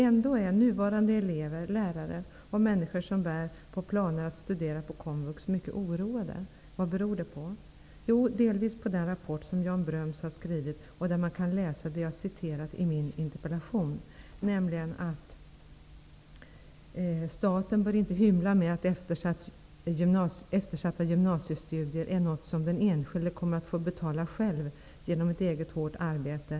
Ändå är nuvarande elever, lärare och människor som bär på planer att studera på komvux mycket oroade. Vad beror det på? Jo, delvis på den rapport som Jan Bröms har skrivit och där man kan läsa det jag citerat i min interpellation. Han säger att staten inte bör hymla med att eftersatta gymnasiestudier är något som den enskilde kommer att få betala själv genom eget hårt arbete.